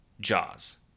Jaws